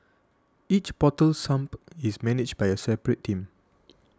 each portal sump is managed by a separate team